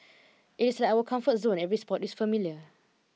it is like our comfort zone every spot is familiar